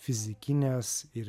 fizikines ir